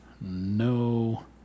no